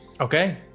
Okay